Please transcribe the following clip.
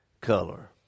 color